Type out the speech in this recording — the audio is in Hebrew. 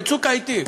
בצוק העתים,